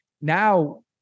Now